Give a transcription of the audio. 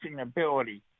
ability